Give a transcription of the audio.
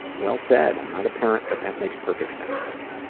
well said. i'm not a parent, but that makes perfect sense to me.